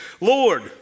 Lord